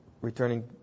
returning